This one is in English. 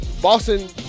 Boston –